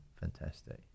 fantastic